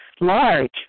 large